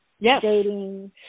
dating